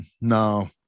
no